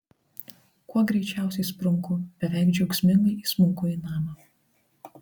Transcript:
kuo greičiausiai sprunku beveik džiaugsmingai įsmunku į namą